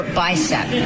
bicep